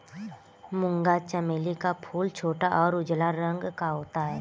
मूंगा चमेली का फूल छोटा और उजला रंग का होता है